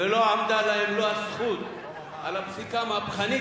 ולא עמדו להם לא הזכות על הפסיקה המהפכנית